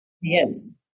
Yes